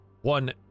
one